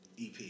EP